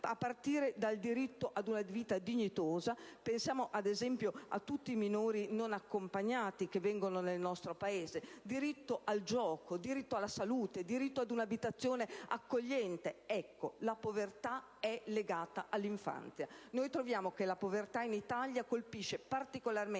a partire dal diritto ad una vita dignitosa (pensiamo, ad esempio, a tutti i minori non accompagnati che vengono nel nostro Paese), al diritto al gioco, al diritto alla salute, al diritto ad un'abitazione accogliente. Ecco, la povertà è legata all'infanzia. La povertà in Italia colpisce particolarmente